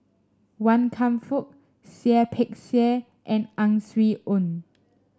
Wan Kam Fook Seah Peck Seah and Ang Swee Aun